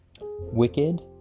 Wicked